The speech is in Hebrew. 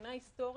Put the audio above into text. מבחינה היסטורית,